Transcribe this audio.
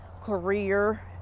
career